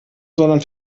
sondern